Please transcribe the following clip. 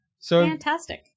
Fantastic